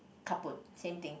kaput same thing